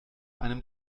einem